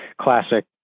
classic